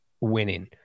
winning